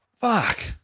Fuck